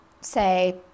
say